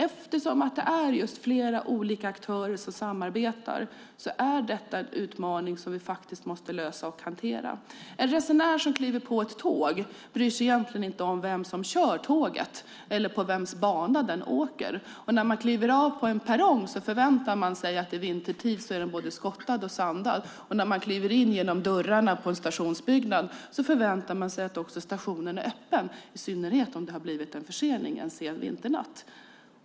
Eftersom det är flera olika aktörer som samarbetar är detta en utmaning som vi måste lösa och hantera. En resenär som kliver på ett tåg bryr sig egentligen inte om vem det är som kör tåget eller på vems bana det åker. När man kliver av på en perrong förväntar man sig att den vintertid är både skottad och sandad. När man kliver in genom dörrarna på en stationsbyggnad förväntar man sig att stationen är öppen, i synnerhet om det blivit en försening en sen vinternatt.